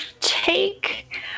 take